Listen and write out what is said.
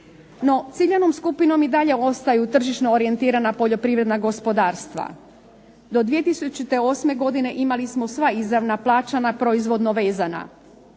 No, ciljanom skupinom i dalje ostaju tržišno orijentirana poljoprivredna gospodarstva. Do 2008. godine imali smo sva izravna plaćanja proizvodno vezana.